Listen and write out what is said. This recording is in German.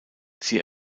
sie